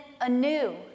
anew